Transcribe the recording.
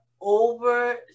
over